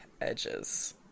Edges